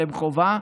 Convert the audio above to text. שהם חובה,